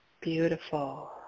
Beautiful